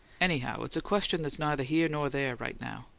anyhow, it's a question that's neither here nor there, right now.